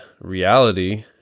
reality